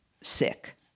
sick